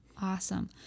Awesome